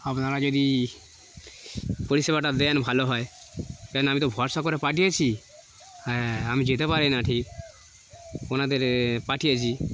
আপনারা যদি পরিষেবাটা দেন ভালো হয় কেন আমি তো হোয়াটসঅ্যাপ করে পাঠিয়েছি হ্যাঁ আমি যেতে পারি না ঠিক ওনাদের পাঠিয়েছি